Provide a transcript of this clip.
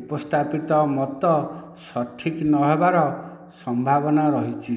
ଉପସ୍ଥାପିତ ମତ ସଠିକ ନ ହେବାର ସମ୍ଭାବନା ରହିଛି